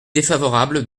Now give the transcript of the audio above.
défavorable